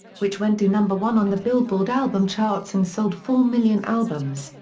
which went to number one on the billboard album charts and sold four million albums.